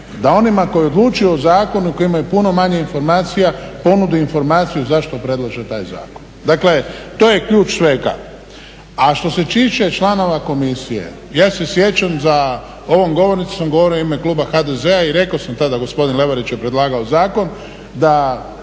da onima koji odlučuju o zakonu i koji imaju puno manje informacija ponude informaciju zašto predlažu taj zakon. Dakle, to je ključ svega. A što se tiče članova Komisije ja se sjećam za ovom govornicom govore u ime kluba HDZ-a i rekao sam tada gospodin Leverić je predlagao zakon, da